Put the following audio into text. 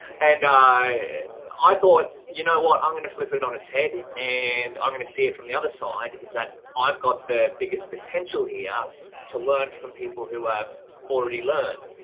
and i i thought, you know what, i'm going to flip it on its head, and i'm going to see it from the other side is that i've got the biggest potential here to learn from people who have already learned.